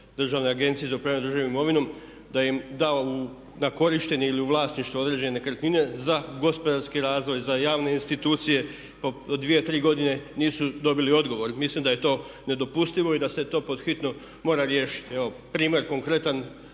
Državne agencije za upravljanje državnom imovinom da im da na korištenje ili u vlasništvo određene nekretnine za gospodarski razvoj, za javne institucije pa po dvije, tri godine nisu dobili odgovor. Mislim da je to nedopustivo i da se to pod hitno mora riješiti. Evo primjer konkretan